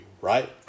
right